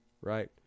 right